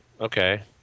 Okay